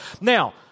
Now